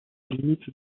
limites